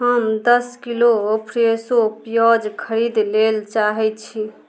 हम दस किलो फ्रेशो पिआज खरिदै लेल चाहै छी